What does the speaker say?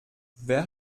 wer